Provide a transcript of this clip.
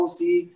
see